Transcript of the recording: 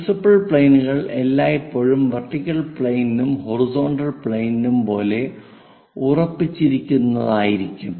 principal പ്ലെയിനുകൾ എല്ലായ്പ്പോഴും vertical പ്ലെയിനും ഹൊറിസോണ്ടൽ പ്ലെയിനും പോലെ ഉറപ്പിച്ചിരിക്കുകയായിരിക്കും